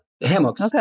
hammocks